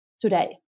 today